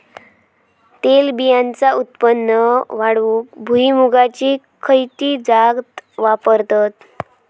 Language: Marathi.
तेलबियांचा उत्पन्न वाढवूक भुईमूगाची खयची जात वापरतत?